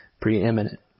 preeminent